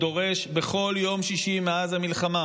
דורש בכל יום שישי מאז המלחמה,